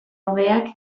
hobeak